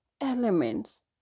elements